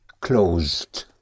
closed